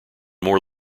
more